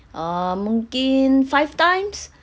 uh mungkin five times